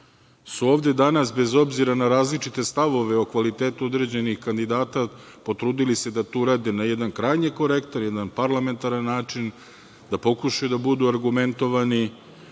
se ovde danas, bez obzira na različite stavove o kvalitetu određenih kandidata, potrudili da to urade na jedan krajnje korektan i parlamentaran način, da pokušaju da budu argumentovani,